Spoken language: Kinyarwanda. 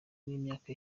n’imyaka